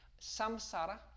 samsara